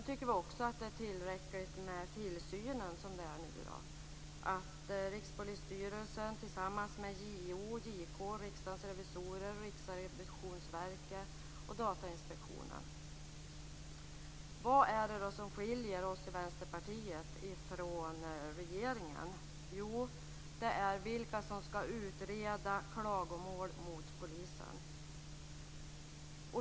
Vi tycker också att tillsynen är tillräcklig som det är nu, när den utövas av Rikspolisstyrelsen tillsammans med JO, JK, Riksdagens revisorer, Vad är det då som skiljer oss i Vänsterpartiet från regeringen? Jo, det är vilka som skall utreda klagomål mot polisen.